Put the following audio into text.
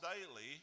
daily